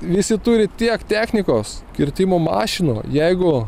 visi turi tiek technikos kirtimo mašinų jeigu